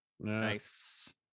Nice